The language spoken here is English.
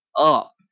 up